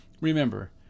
Remember